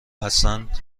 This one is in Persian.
هستند